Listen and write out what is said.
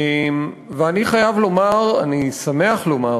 ואני חייב לומר, אני שמח לומר,